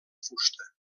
fusta